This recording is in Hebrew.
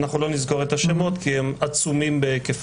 אנחנו לא נזכור את השמות כי הם עצומים בהיקפם.